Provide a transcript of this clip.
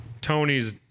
Tony's